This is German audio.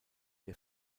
der